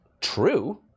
true